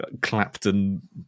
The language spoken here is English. Clapton